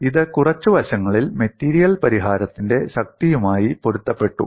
ഇത് കുറച്ച് വശങ്ങളിൽ മെറ്റീരിയൽ പരിഹാരത്തിന്റെ ശക്തിയുമായി പൊരുത്തപ്പെട്ടു